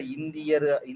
India